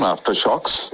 Aftershocks